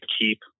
keep